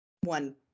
one